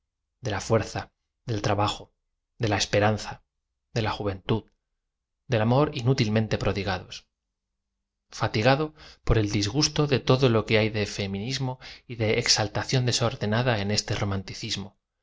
de la fuerza del trabajo de la esperanza de la juventud del am or inútilmente prodigados fatigado por el disgusto de todo lo que hay de feminismo y de exaltación desordenada en este romanticismo